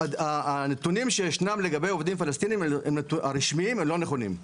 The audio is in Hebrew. הנתונים הרשמיים שיש לגבי עובדים פלסטינים הם לא נכונים.